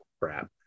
crap